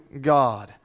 God